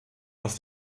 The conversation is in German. aus